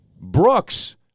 Brooks